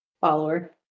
Follower